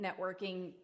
networking